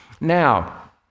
Now